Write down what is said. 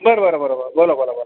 बरं बरं बरं बरं बोला बोला बोला